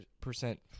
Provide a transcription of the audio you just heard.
percent